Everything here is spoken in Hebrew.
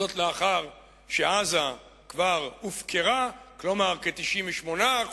זאת לאחר שעזה כבר הופקרה, כלומר כ-98%,